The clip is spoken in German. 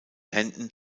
händen